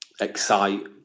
excite